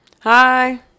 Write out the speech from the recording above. Hi